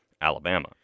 Alabama